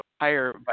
higher